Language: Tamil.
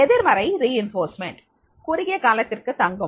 எதிர்மறை வலுவூட்டல் குறுகிய காலத்திற்கு தங்கும்